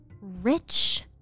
rich